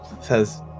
says